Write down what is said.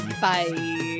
Bye